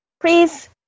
Please